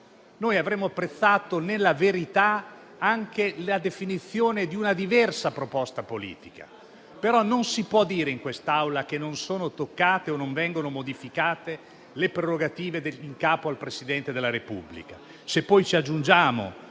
Noi avremmo apprezzato nella verità anche la definizione di una diversa proposta politica. Non si può dire però in quest'Aula che non sono toccate o modificate le prerogative in capo al Presidente della Repubblica,